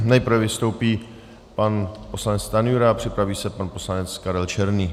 Nejprve vystoupí pan poslanec Stanjura, připraví se pan poslanec Karel Černý.